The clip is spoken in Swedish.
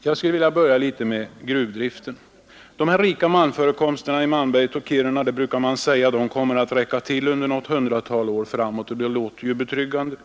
Jag vill börja med gruvdriften. De rika malmförekomsterna i Malmberget och Kiruna kommer att räcka till, brukar det heta, under något hundratal år framåt, och det låter ju betryggande.